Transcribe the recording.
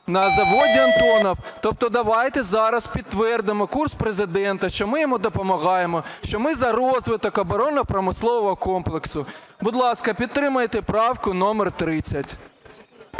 на заводі "Антонов". Тобто давайте зараз підтвердимо курс Президента, що ми йому допомагаємо, що ми за розвиток оборонно-промислового комплексу. Будь ласка, підтримайте правку номер 30.